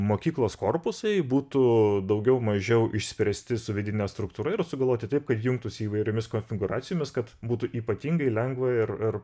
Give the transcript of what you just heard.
mokyklos korpusai būtų daugiau mažiau išspręsti su vidine struktūra ir sugalvoti taip kad jungtųsi įvairiomis konfigūracijomis kad būtų ypatingai lengva ir ir